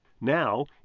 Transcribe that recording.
Now